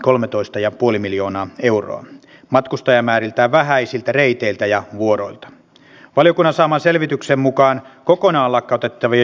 mielestäni tähän konsensuksen hakemiseen tarjoutuu mahdollisuus niin ulko ja turvallisuuspoliittisen selonteon valmistelussa kuin puolustusselonteon valmistelussa